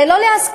זה לא להסכים,